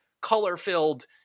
color-filled